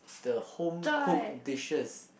the home cook dishes